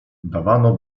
dawano